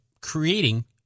creating